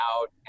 out